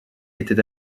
était